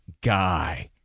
guy